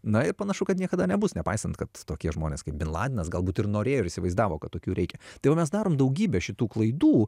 na ir panašu kad niekada nebus nepaisant kad tokie žmonės kaip bin ladenas galbūt ir norėjo ir įsivaizdavo kad tokių reikia tai mes darom daugybę šitų klaidų